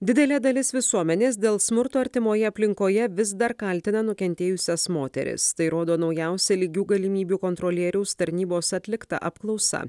didelė dalis visuomenės dėl smurto artimoje aplinkoje vis dar kaltina nukentėjusias moteris tai rodo naujausia lygių galimybių kontrolieriaus tarnybos atlikta apklausa